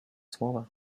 słowa